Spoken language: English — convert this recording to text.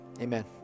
amen